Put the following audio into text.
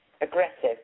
aggressive